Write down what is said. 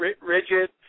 rigid